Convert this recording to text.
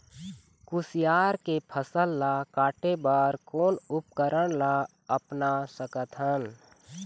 कुसियार के फसल ला काटे बर कोन उपकरण ला अपना सकथन?